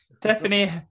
Tiffany